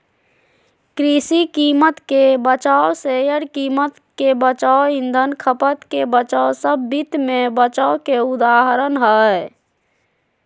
कृषि कीमत के बचाव, शेयर कीमत के बचाव, ईंधन खपत के बचाव सब वित्त मे बचाव के उदाहरण हय